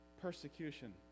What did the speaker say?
persecution